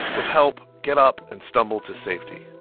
with help, get up and stumble to safety